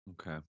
Okay